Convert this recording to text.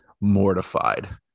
mortified